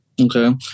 okay